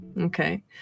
Okay